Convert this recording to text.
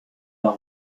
der